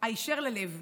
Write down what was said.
היישר ללב,